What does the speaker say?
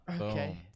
Okay